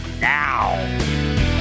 now